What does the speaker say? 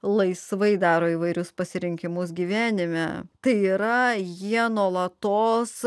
laisvai daro įvairius pasirinkimus gyvenime tai yra jie nuolatos